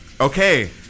Okay